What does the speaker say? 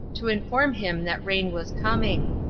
to inform him that rain was coming.